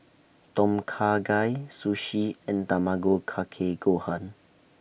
Tom Kha Gai Sushi and Tamago Kake Gohan